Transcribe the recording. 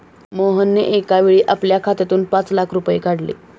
मोहनने एकावेळी आपल्या खात्यातून पाच लाख रुपये काढले